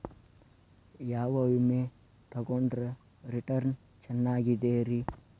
ಯಾವ ವಿಮೆ ತೊಗೊಂಡ್ರ ರಿಟರ್ನ್ ಚೆನ್ನಾಗಿದೆರಿ?